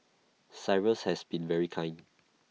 cyrus has been very kind